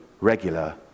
regular